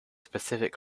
specific